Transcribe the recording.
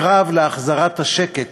הקרב להחזרת השקט